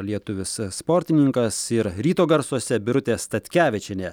lietuvis sportininkas ir ryto garsuose birutė statkevičienė